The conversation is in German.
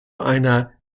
einer